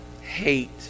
hate